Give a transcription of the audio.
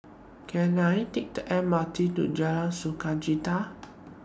Can I Take The M R T to Jalan Sukachita